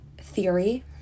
theory